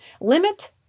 limit